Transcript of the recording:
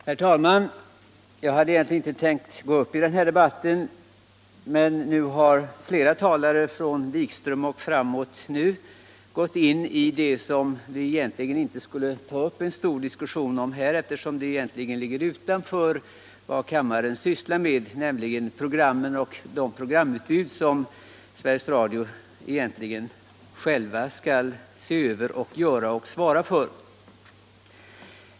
Herr talman! Jag hade egentligen inte tänkt gå upp i den här debatten, men nu har flera talare, från herr Wikström och framåt, gått in på det som vi inte skulle ta upp en stor diskussion om, eftersom det egentligen ligger utanför vad riksdagen har att syssla med, nämligen det programutbud som Sveriges Radio ensamt skall svara för.